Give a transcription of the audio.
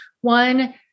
one